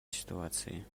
ситуацией